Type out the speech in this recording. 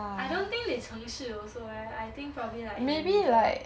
I don't think they 城市 also eh I think probably like in the middle